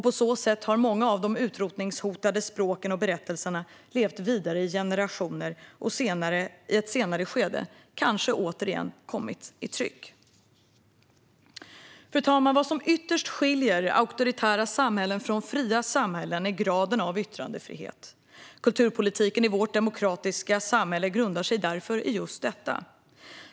På så sätt har många av de utrotningshotade språken och berättelserna levt vidare i generationer och i ett senare skede kanske återigen kommit i tryck. Fru talman! Vad som ytterst skiljer auktoritära samhällen från fria samhällen är graden av yttrandefrihet. Kulturpolitiken i vårt demokratiska samhälle grundar sig därför i just detta.